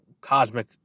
cosmic